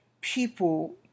people